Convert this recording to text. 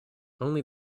only